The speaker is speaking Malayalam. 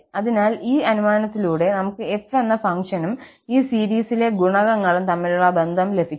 അതിനാൽ ഈ അനുമാനത്തിലൂടെ നമുക്ക് f എന്ന ഫംഗ്ഷനും ഈ സീരീസിലെ ഗുണകങ്ങളും തമ്മിലുള്ള ബന്ധം ലഭിക്കും